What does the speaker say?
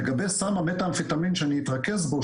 לגבי הסם המתאמפטמין שאני אתרכז בו,